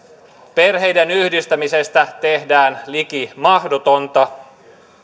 perheenyhdistämisestä tehdään liki mahdotonta